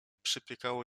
przypiekało